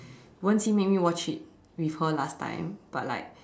Wen-Qi made me watch it with her last time but like